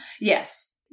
Yes